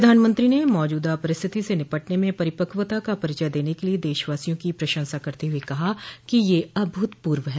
प्रधानमंत्री ने मौजूदा परिस्थिति से निपटने में परिपक्वता का परिचय देने के लिए देशवासियों की प्रशंसा करते हुए कहा कि यह अभूतपूर्व है